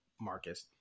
Marcus